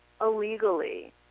illegally